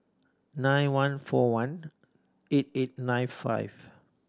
nine one four one eight eight nine five